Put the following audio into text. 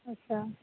अच्छा